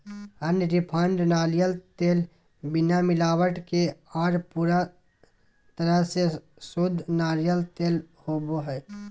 unrefined नारियल तेल बिना मिलावट के आर पूरा तरह से शुद्ध नारियल तेल होवो हय